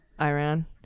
Iran